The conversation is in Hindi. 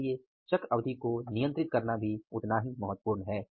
इसलिए चक्र अवधि को नियंत्रित करना भी उतना ही महत्वपूर्ण है